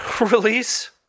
release